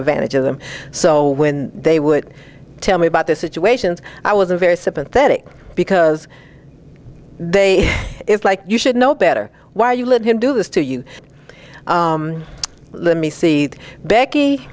advantage of them so when they would tell me about this situation i was a very sympathetic because they it's like you should know better why you let him do this to you let me see becky